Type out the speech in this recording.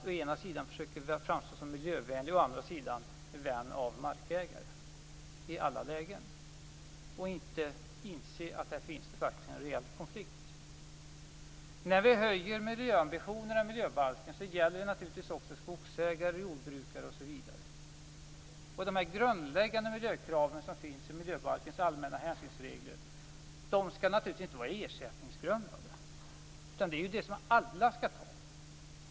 Å ena sidan försöker man framstå som miljövänlig, å andra sidan en vän av markägare i alla lägen. Man inser inte att det finns en reell konflikt. När vi höjer miljöambitionerna i miljöbalken gäller det naturligtvis också skogsägare, jordbrukare, m.fl. De grundläggande miljökrav som finns i miljöbalkens allmänna hänsynsregler skall naturligtvis inte vara ersättningsgrundande. Det är de hänsyn som alla skall ta.